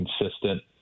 consistent